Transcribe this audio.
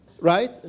right